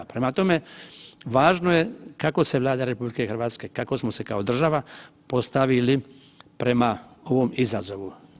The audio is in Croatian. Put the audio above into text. Prema tome, važno je kako se Vlada RH, kako smo se kao država postavili prema ovom izazovu.